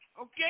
Okay